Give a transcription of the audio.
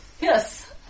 Yes